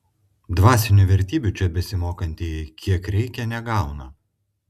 dvasinių vertybių čia besimokantieji kiek reikia negauna